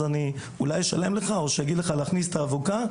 אז אני אולי אשלם לך או אגיד לך להכניס את האבוקה,